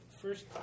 first